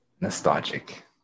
Nostalgic